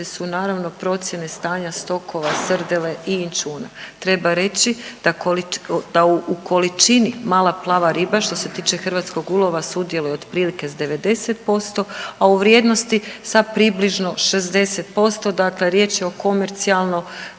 su naravno procjene stanja stokova srdele i inćuna. Treba reći da u količini mala plava riba što se tiče hrvatskog ulova sudjeluje otprilike s 90%, a u vrijednosti sa približno 60%, dakle riječ je o komercijalno